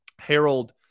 Harold